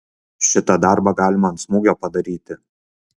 šitą darbą galima ant smūgio padaryti